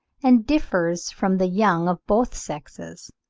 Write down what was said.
and differs from the young of both sexes.